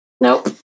Nope